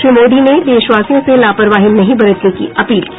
श्री मोदी ने देशवासियों से लापरवाही नहीं बरतने की अपील की